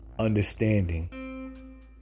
understanding